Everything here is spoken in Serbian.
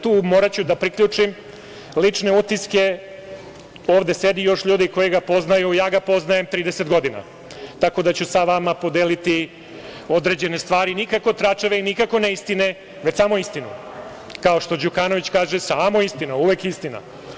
Tu moraću da priključim lične utiske, ovde sedi još ljudi koji ga poznaju, ja ga poznajem 30 godina, tako da ću sa vama podeliti određene stvari nikako tračeve i nikako neistine, već samo istinu, kao što Đukanović kaže – samo istina, uvek istina.